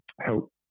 help